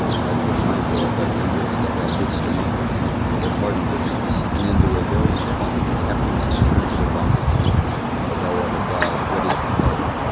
neither were mindful of thy wonders that thou didst among them but hardened their necks, and in their rebellion appointed a captain to return to their bondage but thou art a god ready to pardon,